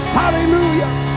hallelujah